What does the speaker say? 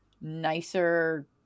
nicer